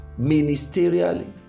ministerially